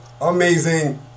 Amazing